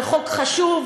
על חוק חשוב,